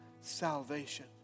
salvation